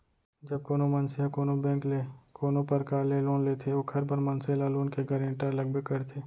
जब कोनो मनसे ह कोनो बेंक ले कोनो परकार ले लोन लेथे ओखर बर मनसे ल लोन के गारेंटर लगबे करथे